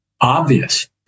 obvious